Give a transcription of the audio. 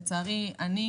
לצערי אני,